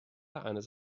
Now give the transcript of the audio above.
eines